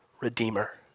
redeemer